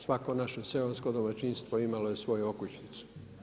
Svako naše seosko domaćinstvo imalo je svoju okućnicu.